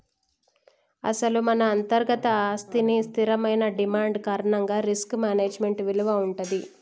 అసలు మన అంతర్గత ఆస్తికి స్థిరమైన డిమాండ్ కారణంగా రిస్క్ మేనేజ్మెంట్ విలువ ఉంటుంది